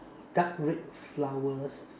dark red flowers